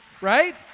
right